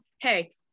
hey